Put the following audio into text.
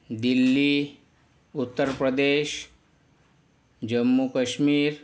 Delhi Uttar Pradesh Jammu Kashmir